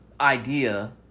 idea